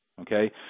okay